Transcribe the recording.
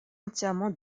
entièrement